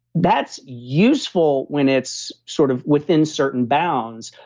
that's useful when it's sort of within certain bounds.